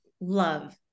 love